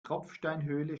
tropfsteinhöhle